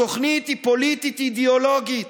התוכנית היא פוליטית אידיאולוגית,